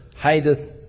hideth